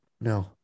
No